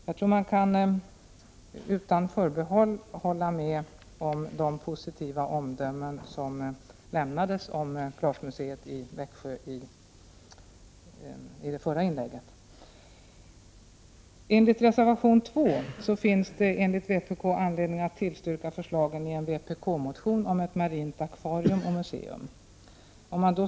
Jag tror att man utan förbehåll kan hålla med om de positiva omdömen som i det förra inlägget lämnades om glasmuseet i Växjö. Enligt reservation 2 finns det, enligt vpk, anledning att tillstyrka förslagen i en vpk-motion om ett marint akvarium och museum.